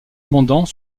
abondant